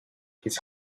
his